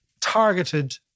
targeted